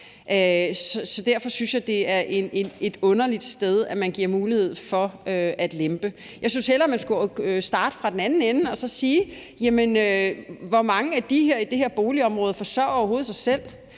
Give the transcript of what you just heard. og derfor synes jeg, det er et underligt sted, man giver mulighed for at lempe. Jeg synes hellere, at man skulle starte fra den anden ende og så sige: Hvor mange i det her boligområde forsørger overhovedet sig selv,